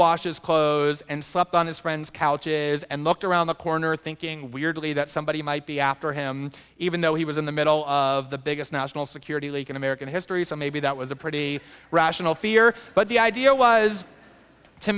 his clothes and slept on his friends couches and looked around the corner thinking weirdly that somebody might be after him even though he was in the middle of the biggest national security leak in american history so maybe that was a pretty rational fear but the idea was to